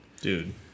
Dude